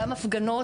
גם הפגנות,